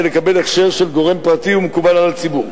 לקבל הכשר של גורם פרטי ומקובל על הציבור.